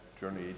journey